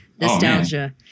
Nostalgia